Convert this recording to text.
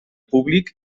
públic